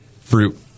fruit